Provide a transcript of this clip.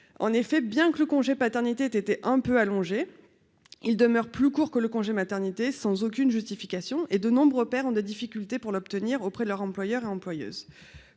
en effet, bien que le congé paternité était un peu allongé, il demeure plus court que le congé maternité sans aucune justification et de nombreux pères ont des difficultés pour l'obtenir auprès de leur employeurs et employeuses